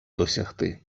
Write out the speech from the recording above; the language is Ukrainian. досягти